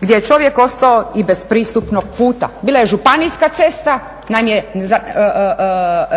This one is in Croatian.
gdje je čovjek ostao i bez pristupnog puta. Bila je županijska cesta